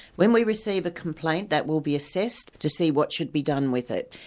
when we receive a complaint, that will be assessed to see what should be done with it.